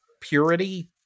purity